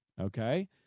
okay